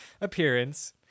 appearance